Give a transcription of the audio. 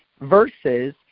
versus